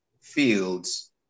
fields